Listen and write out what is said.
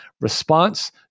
response